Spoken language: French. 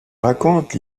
raconte